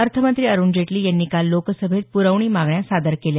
अर्थमंत्री अरुण जेटली यांनी काल लोकसभेत पुरवणी मागण्या सादर केल्या